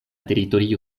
teritorio